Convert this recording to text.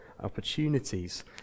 opportunities